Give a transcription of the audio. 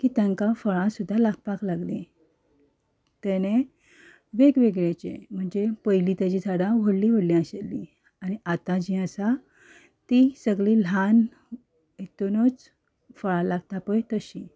की तांकां फळां सुद्दां लागपाक लागलीं तेणें वेग वेगळें जें म्हणजे पयलीं तेचीं झाडां व्हडलीं व्हडलीं आशिल्लीं आनी आतां जीं आसा तीं सगळीं ल्हान हितुनूच फळां लागता पय तशीं